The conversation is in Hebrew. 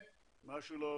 לא, אנחנו לא שומעים.